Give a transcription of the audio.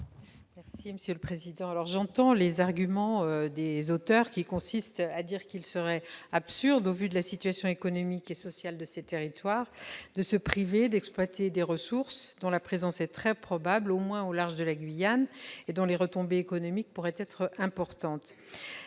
de la commission ? J'entends les arguments des auteurs des amendements consistant à dire qu'il serait absurde, au vu de la situation économique et sociale de ces territoires, de se priver d'exploiter des ressources dont la présence est très probable, au moins au large de la Guyane, et dont les retombées économiques pourraient être importantes.